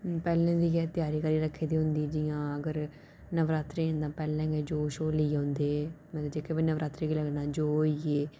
पैह्लें दी गै त्यारी करियै रक्खी दी होंदी जि'यां अगर नवरात्रे न पैह्लें गै जौ शौ लेई औंदे मतलब जेह्का बी नवरात्रे गी लग्गना जौ होइए